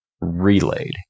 relayed